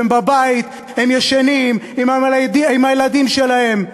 הם בבית, הם ישנים, עם הילדים שלהם.